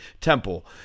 temple